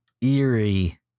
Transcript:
eerie